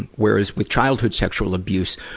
whereas with childhood sexual abuse,